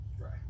right